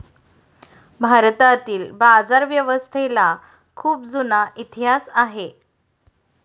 भारतातील बाजारव्यवस्थेला खूप जुना इतिहास आहे